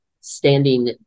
standing